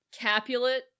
capulet